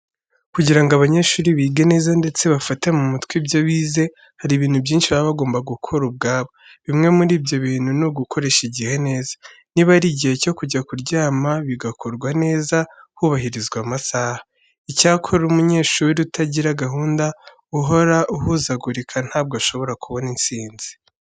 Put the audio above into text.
Kugira ngo abanyeshuri bige neza ndetse bafate mu mutwe ibyo bize, hari ibintu byinshi baba bagomba gukora ubwabo. Bimwe muri ibyo bintu ni ugukoresha igihe neza. Niba ari igihe cyo kujya kuryama bigakorwa neza hubahirijwe amasaha. Icyakora umunyeshuri utagira gahunda uhora uhuzagurika ntabwo ashobora kubona intsinzi.